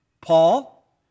Paul